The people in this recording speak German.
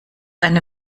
eine